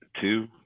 two